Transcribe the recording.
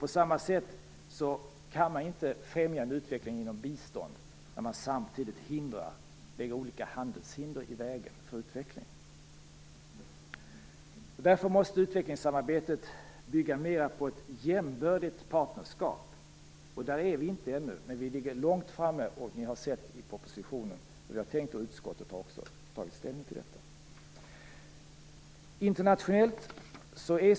På samma sätt kan man inte främja en utveckling genom bistånd om man samtidigt lägger olika handelshinder i vägen för utvecklingen. Därför måste utvecklingssamarbetet bygga mer på ett jämbördigt partnerskap. Vi är inte där ännu, men vi ligger långt framme. I propositionen har ni sett vad vi har tänkt göra, och utskottet har också tagit ställning till detta.